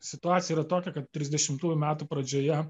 situacija yra tokia kad trisdešimtųjų metų pradžioje